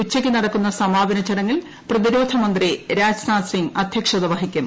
ഉച്ചയ്ക്ക് നടക്കുന്ന സമാപന ചടങ്ങിൽ പ്രതിരോക്മ്രന്തി രാജ്നാഥ് സിംഗ് അധ്യക്ഷത വഹിക്കും